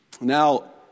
Now